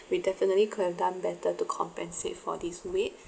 we definitely could have done better to compensate for this wait and